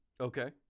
Okay